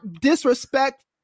disrespect